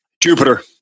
Jupiter